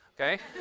okay